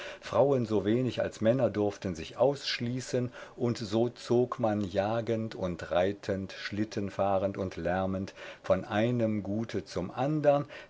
frauen so wenig als männer durften sich ausschließen und so zog man jagend und reitend schlittenfahrend und lärmend von einem gute zum andern